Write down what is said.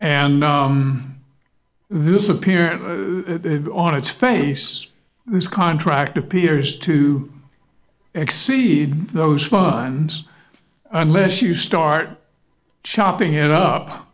appears on its face this contract appears to exceed those fun unless you start chopping it up